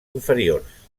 inferiors